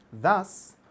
Thus